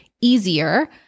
easier